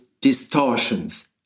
distortions